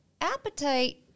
Appetite